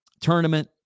tournament